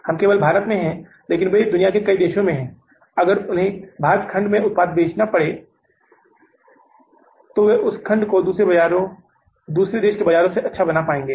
हम केवल भारत में हैं लेकिन वे दुनिया के कई देशों में हैं अगर उन्हें भारत खंड में उत्पाद बेचना भी पड़ता है तो वे उस खंड को दूसरे देशों के बाजारों से अच्छा बना पाएंगे